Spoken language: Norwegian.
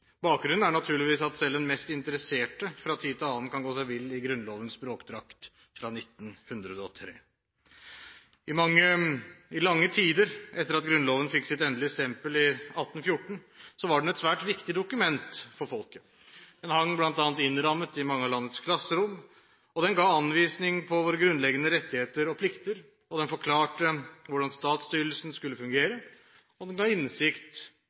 Bakgrunnen er naturligvis at selv den mest interesserte fra tid til annen kan gå seg vill i Grunnlovens språkdrakt fra 1903. I lange tider etter at Grunnloven fikk sitt endelige stempel i 1814, var den et svært viktig dokument for folket. Den hang bl.a. innrammet i mange av landets klasserom, den ga anvisning om våre grunnleggende rettigheter og plikter, den forklarte hvordan statsstyrelsen skulle fungere, og den ga innsikt